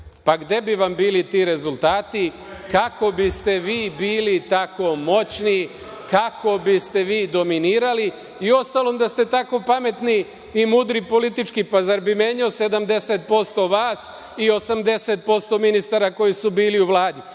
Gde bi vam bili ti rezultati? Kako bi ste vi bili tako moćni, kako bi ste vi dominirali? Uostalom, da ste tako pametni i mudri politički, zar bi menjao 70% vas i 80% ministara koji su bili u Vladi?